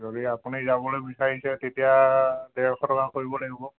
যদি আপুনি যাবলৈ বিচাৰিছে তেতিয়া ডেৰশ টকা কৰিব লাগিব